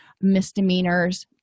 misdemeanors